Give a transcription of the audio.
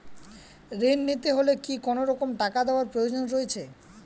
ঋণ নিতে হলে কি কোনরকম টাকা দেওয়ার প্রয়োজন রয়েছে?